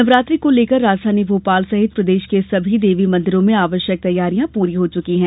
नवरात्रि को लेकर राजधानी भोपाल सहित प्रदेश के सभी देवी मंदिरों में आवश्यक तैयारियां पूरी हो चुकी है